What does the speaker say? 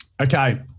Okay